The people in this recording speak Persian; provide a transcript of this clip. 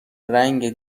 رنگ